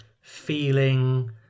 feeling